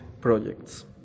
projects